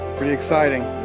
pretty exciting.